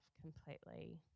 completely